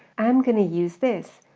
i'm gonna use this,